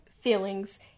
feelings